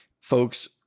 Folks